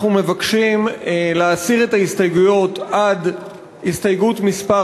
אנחנו מבקשים להסיר את ההסתייגויות עד הסתייגות מס'